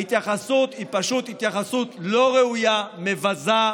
ההתייחסות היא פשוט התייחסות לא ראויה, מבזה,